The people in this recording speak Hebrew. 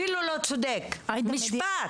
אפילו לא צודק משפט.